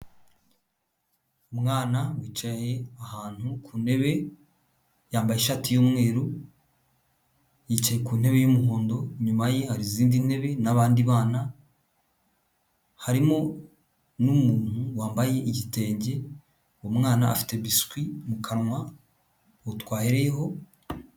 Umwana wicaye ahantu ku ntebe, yambaye ishati y'umweru, yicaye ku ntebe y'umuhondo, inyuma ye hari izindi ntebe n'abandi bana, harimo n'umuntu wambaye igitenge, umwana afite biswi mu kanwa, uwo twahereyeho.